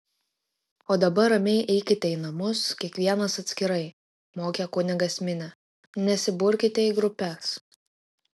o dabar ramiai eikite į namus kiekvienas atskirai mokė kunigas minią nesiburkite į grupes